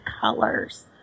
colors